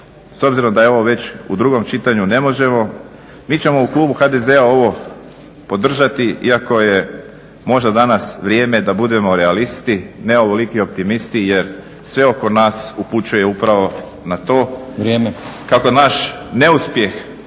s obzirom da je ovo već u drugom čitanju, ne možemo, mi ćemo u klubu HDZ-a ovo podržati iako je možda danas vrijeme da budemo realisti, ne ovoliki optimisti, jer sve oko nas upućuje upravo na to kako naš neuspjeh